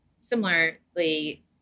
similarly